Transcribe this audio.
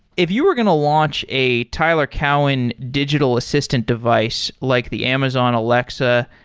if you were going to launch a tyler cowen digital assistant device, like the amazon alexa,